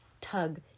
tug